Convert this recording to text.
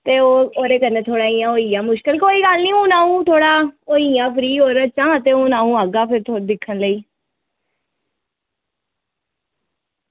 ते ओह् थोह्ड़ा ओह्दे कन्नै होइया मुश्कल ते कोई गल्ल निं इंया अंऊ थोह्ड़ा होई आं फ्री ओह्दे चा ते फिर अंऊ आह्गा ओह्दे दिक्खन गी